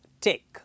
Take